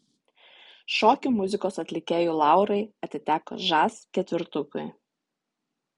šokių muzikos atlikėjų laurai atiteko žas ketvertukui